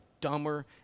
dumber